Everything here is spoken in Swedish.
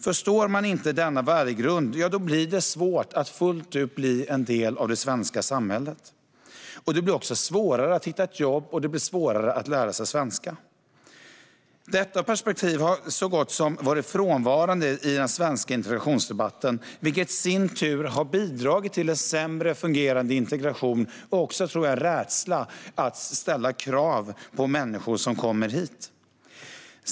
Förstår man inte denna värdegrund, ja, då blir det svårt att fullt ut bli en del av det svenska samhället. Det blir också svårare att hitta ett jobb, och det blir svårare att lära sig svenska. Detta perspektiv har varit så gott som frånvarande i den svenska integrationsdebatten, vilket i sin tur har bidragit till en sämre fungerande integration och även, tror jag, rädsla att ställa krav på människor som kommer hit.